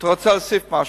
אתה רוצה להוסיף משהו?